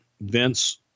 Vince